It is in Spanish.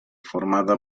formada